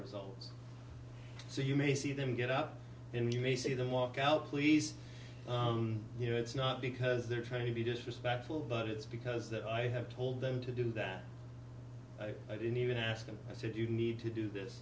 results so you may see them get up and you may see them walk out please you know it's not because they're trying to be disrespectful but it's because that i have told them to do that i didn't even ask him i said you need to do this